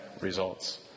results